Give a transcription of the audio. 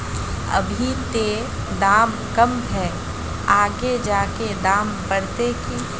अभी ते दाम कम है आगे जाके दाम बढ़ते की?